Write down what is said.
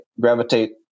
gravitate